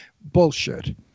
bullshit